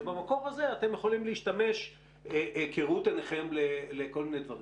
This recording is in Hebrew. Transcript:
ובמקור הזה אתם יכולים להשתמש כראות עיניכם לכל מיני דברים